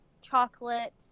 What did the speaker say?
chocolate